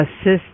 assist